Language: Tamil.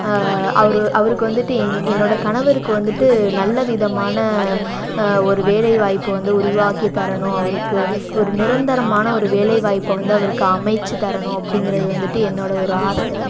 அவர் அவருக்கு வந்துட்டு என் என்னோடய கணவருக்கு வந்துட்டு நல்லவிதமான ஒரு வேலைவாய்ப்பை வந்து உருவாக்கித் தரணும் அவருக்கு ஒரு நிரந்தரமான ஒரு வேலைவாய்ப்ப வந்து அவருக்கு அமைச்சுத் தரணும் அப்படிங்குறது வந்துட்டு என்னோடய ஒரு ஆசை